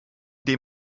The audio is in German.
dem